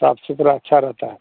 साफ़ सुथरा अच्छा रहता है